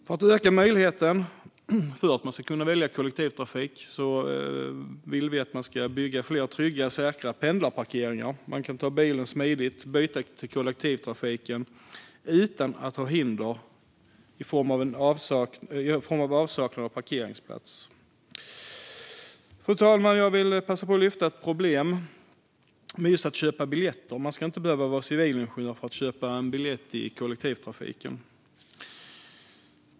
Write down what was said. För att öka möjligheten att välja kollektivtrafik vill vi att det byggs fler trygga och säkra pendlarparkeringar. Då kan man ta bilen dit och sedan smidigt byta till kollektivtrafik. Fru talman! Man ska inte behöva vara civilingenjör för att köpa biljett i kollektivtrafiken.